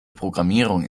programmierung